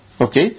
Okay